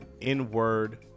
N-word